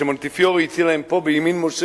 כשמונטיפיורי הציע להם, פה בימין-משה,